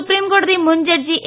സുപ്രീംകോടതി മുൻ judge A